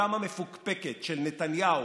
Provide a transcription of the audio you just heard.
בזכותם המפוקפקת של נתניהו,